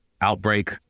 Outbreak